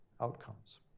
outcomes